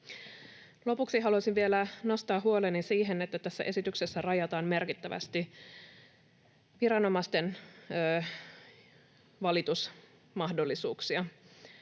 Lopuksi haluaisin vielä nostaa huoleni siihen, että tässä esityksessä rajataan merkittävästi viranomaisten valitusmahdollisuuksia.